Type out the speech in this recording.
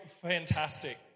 Fantastic